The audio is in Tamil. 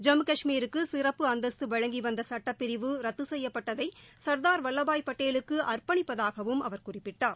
ஜம்மு கஷ்மீருக்கு சிறப்பு அந்தஸ்து வழங்கி வந்த சுட்டப்பிரிவு ரத்து செய்யப்பட்டதை சர்தார் வல்லபாய் பட்டேலுக்கு அர்ப்பணிப்பதாகவும் அவர் குறிப்பிட்டார்